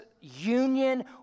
union